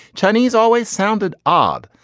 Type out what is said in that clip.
chinese always sounded odd.